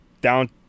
down